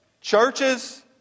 churches